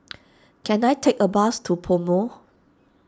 can I take a bus to PoMo